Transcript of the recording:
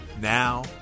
Now